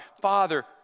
Father